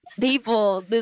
people